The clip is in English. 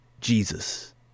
Jesus